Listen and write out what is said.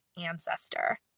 ancestor